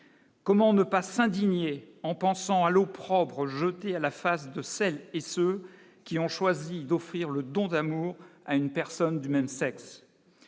comment ne pas s'indigner en pensant à l'opprobre jeté à la face de celles et ceux qui ont choisi d'offrir le don d'amour à une personne du même sexe,